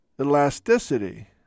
Elasticity